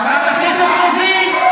חברת הכנסת רוזין,